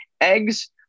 Eggs